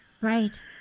Right